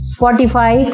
Spotify